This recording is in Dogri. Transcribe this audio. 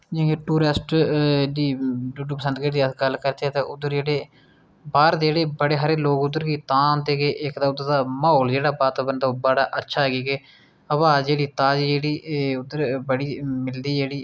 जि'यां कि टूरेस्ट दी डूडू बसंतगढ़ दी अस गल्ल करचै ते उद्धर जेह्ड़े बाह्र दे जेह्ड़े बड़े सारे लोग उद्धर गी तां आंदे कि इक ते उद्धर दा म्हौल जेह्ड़ा वातावरण तां बड़ा अच्छा ऐ कि के हवा जेह्ड़ी ताजी जेह्ड़ी उद्धर बड़ी मिलदी जेह्ड़ी ऐ